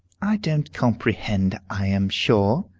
i don't comprehend, i am sure.